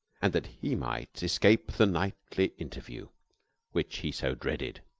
and that he might escape the nightly interview which he so dreaded.